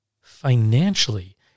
Financially